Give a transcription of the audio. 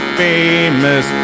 famous